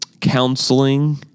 counseling